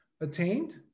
attained